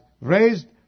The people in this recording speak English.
raised